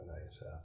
nice